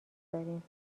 داریم